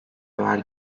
var